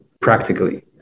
practically